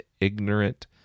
ignorant